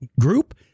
group